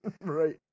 right